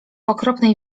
okropnej